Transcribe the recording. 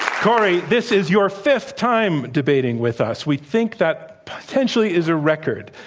kori, this is your fifth time debating with us. we think that potentially is a record.